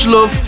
Love